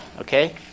Okay